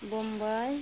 Bombay